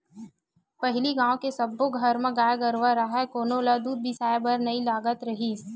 पहिली गाँव के सब्बो घर म गाय गरूवा राहय कोनो ल दूद बिसाए बर नइ लगत रिहिस